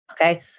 Okay